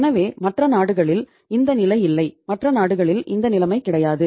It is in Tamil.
எனவே மற்ற நாடுகளில் இந்த நிலை இல்லை மற்ற நாடுகளில் இந்த நிலைமை கிடையாது